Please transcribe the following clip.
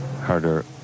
Harder